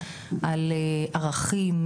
על ערכים,